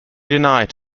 denied